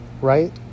right